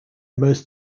most